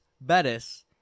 Bettis